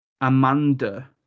Amanda